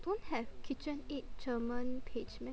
don't have KitchenAid German page meh